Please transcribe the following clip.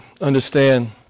understand